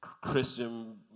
Christian